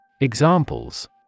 Examples